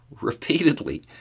repeatedly